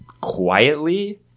quietly